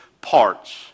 parts